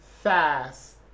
fast